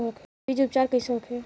बीज उपचार कइसे होखे?